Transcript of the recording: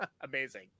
Amazing